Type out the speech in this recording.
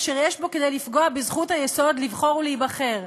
אשר יש בו כדי לפגוע בזכות היסוד לבחור ולהיבחר.